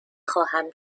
خواهم